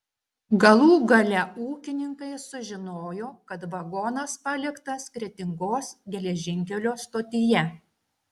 galų gale ūkininkai sužinojo kad vagonas paliktas kretingos geležinkelio stotyje